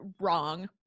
wrong